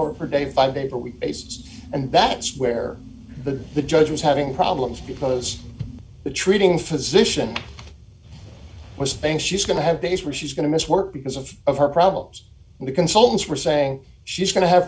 hour day five day but we based and that's where the judge was having problems because the treating physician west bank she's going to have base where she's going to miss work because of of her problems and the consultants were saying she's going to have